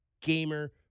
gamer